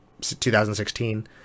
2016